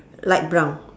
light brown